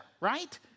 right